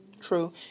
True